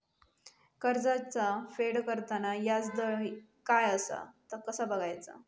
कर्जाचा फेड करताना याजदर काय असा ता कसा बगायचा?